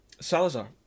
Salazar